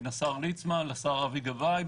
בין השר ליצמן לשר אבי גבאי.